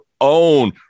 own